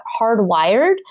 hardwired